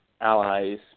allies